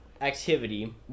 activity